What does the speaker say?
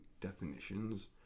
definitions